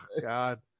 god